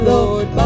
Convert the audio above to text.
Lord